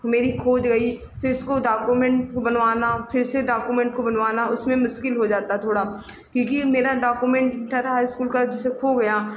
मेरी खो गई फिर उसको डॉक्यूमेन्ट को बनवाना फिर से डॉक्यूमेन्ट को बनवाना उसमें मुश्किल हो जाता थोड़ा क्योंकि मेरा डॉक्यूमेन्ट इन्टर हाई इस्कूल का जैसे खो गया